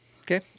Okay